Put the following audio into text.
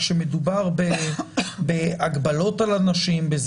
כשמדובר בהגבלות על אנשים.